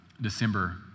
December